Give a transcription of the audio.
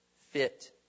fit